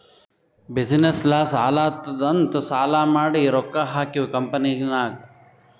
business loss ಆಲಾತ್ತುದ್ ಅಂತ್ ಸಾಲಾ ಮಾಡಿ ರೊಕ್ಕಾ ಹಾಕಿವ್ ಕಂಪನಿನಾಗ್